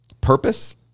purpose